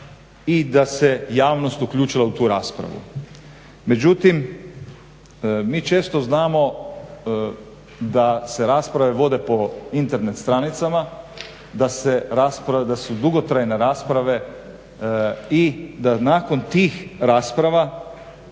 i da se javnost uključila u tu raspravu. Međutim, mi često znamo da se rasprave vode po Internet stranicama, da su dugotrajne rasprave i da nakon tih rasprava